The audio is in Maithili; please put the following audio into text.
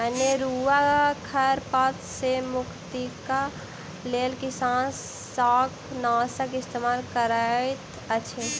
अनेरुआ खर पात सॅ मुक्तिक लेल किसान शाकनाशक इस्तेमाल करैत अछि